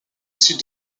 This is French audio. sud